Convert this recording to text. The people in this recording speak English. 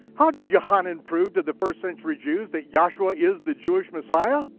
how did yochanan prove to the first century jews that yahshua is the jewish messiah?